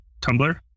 Tumblr